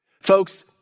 Folks